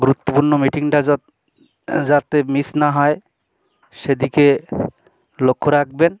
গুরুত্বপূর্ণ মিটিংটা জত যাতে মিস না হয় সেদিকে লক্ষ্য রাখবেন